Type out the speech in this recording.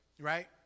right